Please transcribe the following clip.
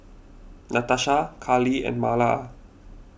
Natasha Carli and Marla